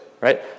right